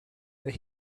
that